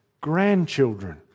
grandchildren